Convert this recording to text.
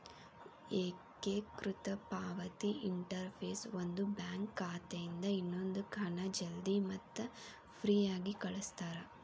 ಏಕೇಕೃತ ಪಾವತಿ ಇಂಟರ್ಫೇಸ್ ಒಂದು ಬ್ಯಾಂಕ್ ಖಾತೆಯಿಂದ ಇನ್ನೊಂದಕ್ಕ ಹಣ ಜಲ್ದಿ ಮತ್ತ ಫ್ರೇಯಾಗಿ ಕಳಸ್ತಾರ